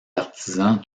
artisans